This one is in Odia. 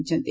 ହୋଇଛନ୍ତି